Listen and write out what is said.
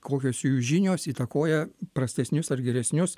kokios jų žinios įtakoja prastesnius ar geresnius